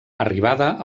arribada